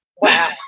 wow